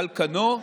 על כנו,